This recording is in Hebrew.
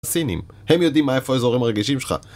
הסינים, הם יודעים מה איפה האזורים הרגישים שלך